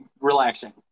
relaxing